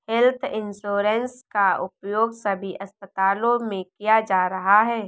health insurance का उपयोग सभी अस्पतालों में किया जा रहा है